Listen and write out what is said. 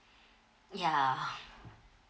ya